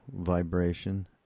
vibration